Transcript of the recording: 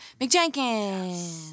mcjenkins